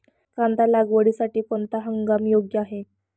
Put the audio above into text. कांदा लागवडीसाठी कोणता हंगाम योग्य आहे?